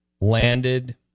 landed